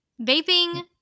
vaping